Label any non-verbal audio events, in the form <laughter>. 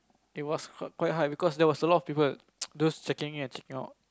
it was quite hard because there was a lot of people <noise> those checking at you know